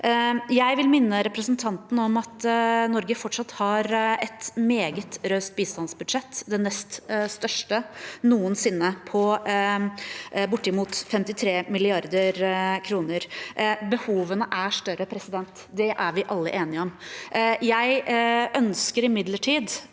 Jeg vil minne representanten om at Norge fortsatt har et meget raust bistandsbudsjett – det nest største noensinne, på bortimot 53 mrd. kr. Behovene er større, det er vi alle enige om. Jeg ønsker imidlertid